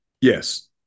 Yes